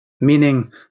Meaning